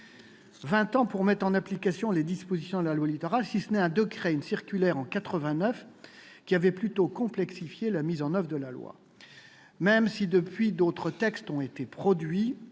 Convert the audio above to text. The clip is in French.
fait pour mettre en application les dispositions de la loi Littoral, si ce n'est, en 1989, un décret et une circulaire, qui ont plutôt complexifié la mise en oeuvre de la loi. Même si, depuis, d'autres textes ont été produits,